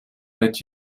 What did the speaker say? that